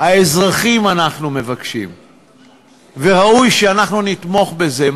האזרחים אנחנו מבקשים, וראוי שאנחנו נתמוך בזה.